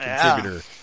contributor